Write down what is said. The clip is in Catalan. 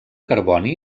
carboni